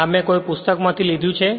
આ મેં કોઈ પુસ્તકમાંથી લીધું છે